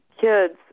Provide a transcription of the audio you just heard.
kids